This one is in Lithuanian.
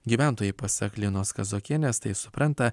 gyventojai pasak linos kazokienės tai supranta